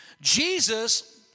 Jesus